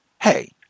hey